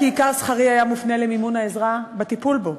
כי עיקר שכרי היה מופנה למימון העזרה בטיפול בו.